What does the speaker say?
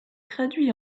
traduit